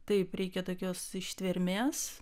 taip reikia tokios ištvermės